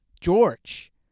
George